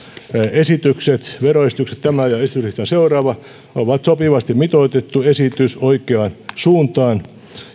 veroesitykset tämä ja esityslistalla seuraavana oleva ovat sopivasti mitoitettuja esityksiä oikeaan suuntaan